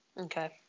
Okay